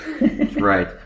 right